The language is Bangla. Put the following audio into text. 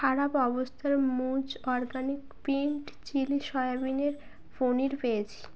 খারাপ অবস্থার মুজ অরগ্যানিক পিনড চিলি সয়াবিনের পনির পেয়েছি